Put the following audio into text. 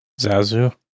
Zazu